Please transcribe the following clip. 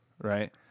right